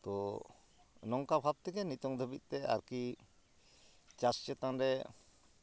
ᱛᱚ ᱱᱚᱝᱠᱟ ᱵᱷᱟᱵᱽᱛᱮ ᱜᱮ ᱱᱤᱛᱚᱝ ᱫᱷᱟᱹᱵᱤᱡᱛᱮ ᱟᱨᱠᱤ ᱪᱟᱥ ᱪᱮᱛᱟᱱ ᱨᱮ